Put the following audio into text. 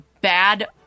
bad